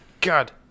God